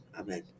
amen